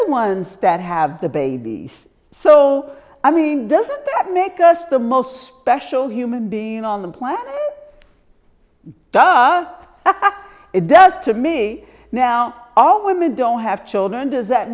the ones that have the baby so i mean doesn't that make us the most special human being on the planet dump it does to me now all women don't have children does that